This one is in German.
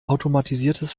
automatisiertes